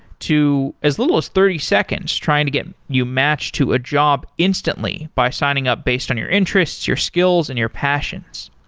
to as little as thirty seconds trying to get you matched to a job instantly by signing up based on your interests, your skills, and your passions.